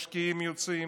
משקיעים יוצאים,